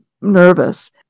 nervous